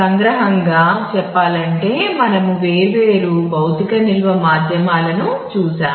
సంగ్రహంగా చెప్పాలంటే మనము వేర్వేరు భౌతిక నిల్వ మాధ్యమాలను చూశాము